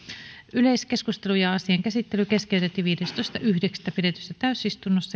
yleiskeskustelu ja asian käsittely keskeytettiin viidestoista yhdeksättä kaksituhattaseitsemäntoista pidetyssä täysistunnossa